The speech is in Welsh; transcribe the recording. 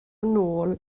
nôl